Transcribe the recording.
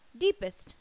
deepest